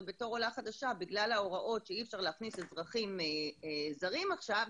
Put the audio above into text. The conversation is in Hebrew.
ובתור עולה חדשה בגלל ההוראות שאי אפשר להכניס אזרחים זרים עכשיו,